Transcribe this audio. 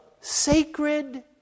sacred